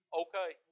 okay